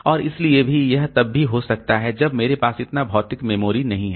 और इसलिए भी यह तब भी हो सकता है जब मेरे पास इतना भौतिक मेमोरी नहीं है